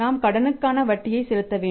நாம் கடனுக்கான வட்டியை செலுத்த வேண்டும்